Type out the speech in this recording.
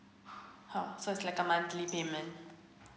uh so it's like a monthly payment